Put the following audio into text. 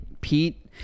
Pete